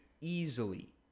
easily